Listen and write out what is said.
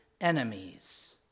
enemies